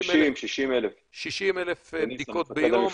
60,000 בדיקות ביום.